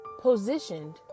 Positioned